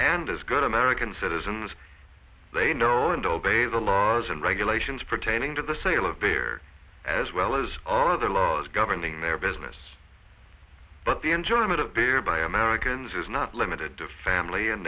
and as good american citizens and obey the laws and regulations pertaining to the sale of beer as well as all other laws governing their business but the enjoyment of beer by americans is not limited to family and